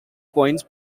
point